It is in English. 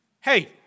hey